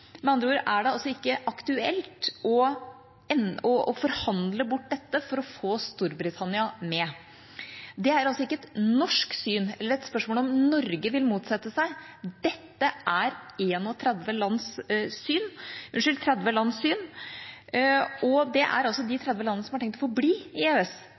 med regelharmonisering. Med andre ord er det ikke aktuelt å forhandle bort dette for å få Storbritannia med. Det er altså ikke et norsk syn, eller et spørsmål om hvorvidt Norge vil motsette seg: Dette er 30 lands syn, og det er de 30 landene som har tenkt å forbli i EØS,